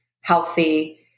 healthy